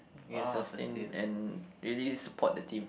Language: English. he can sustain and really support the team